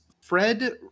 Fred